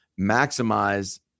maximize